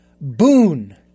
boon